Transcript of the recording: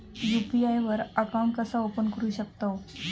UPI वर account कसा open करू शकतव?